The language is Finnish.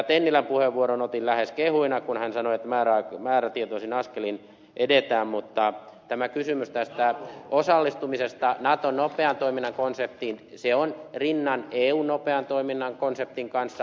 tennilän puheenvuoron otin lähes kehuina kun hän sanoi että määrätietoisin askelin edetään mutta tämä kysymys tästä osallistumisesta naton nopean toiminnan konseptiin on rinnan eun nopean toiminnan konseptin kanssa